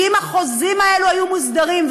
כי אם החוזים האלו היו מוסדרים,